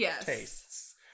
tastes